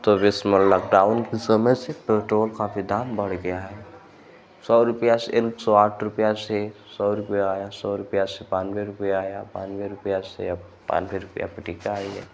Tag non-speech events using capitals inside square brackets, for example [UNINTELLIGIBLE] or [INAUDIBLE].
तो [UNINTELLIGIBLE] लॉकडाउन के समय से पेट्रोल का भी दाम बढ़ गया है सौ रुपया से एक सौ आठ रुपया से सौ रुपया आया सौ रुपया से बानवे रुपया आया बानवे रुपया से अब बानवे रुपया पर टिका है यह